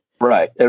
Right